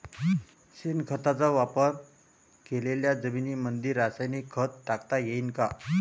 शेणखताचा वापर केलेल्या जमीनीमंदी रासायनिक खत टाकता येईन का?